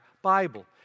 Bible